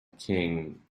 king